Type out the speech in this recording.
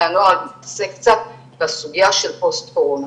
הנוער שתתעסק קצת בסוגיה של פוסט קורונה.